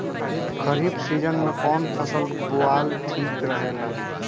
खरीफ़ season में कौन फसल बोअल ठिक रहेला ह?